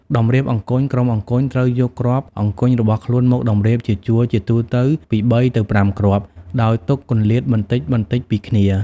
តម្រៀបអង្គញ់ ក្រុមអង្គញ់ត្រូវយកគ្រាប់អង្គញ់របស់ខ្លួនមកតម្រៀបជាជួរ ជាទូទៅពី ៣ ទៅ ៥ គ្រាប់ ដោយទុកគម្លាតបន្តិចៗពីគ្នា ។